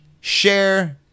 share